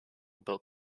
built